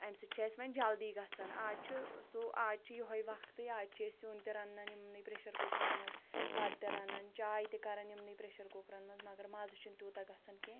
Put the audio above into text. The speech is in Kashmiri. اَمہِ سۭتۍ چھِ اسہِ وۄنۍ جلدی گَژھان آز چھُ سُہ آز چھُ یُہوے وَقتٕے آز چھِ أسۍ سیٛن تہِ رَنان یمنٕے پرٛیٚشَر کُکرَن مَنٛز بَتہٕ تہِ رَنَان چاے تہِ کران یمنٕے پرٛیٚشَر کُکرَن مَنٛز مَگَر مَزٕ چھُنہٕ تیٛوٗتاہ گَژھان کیٚنٛہہ